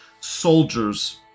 Soldiers